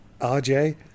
RJ